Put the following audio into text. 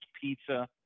pizza